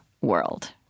world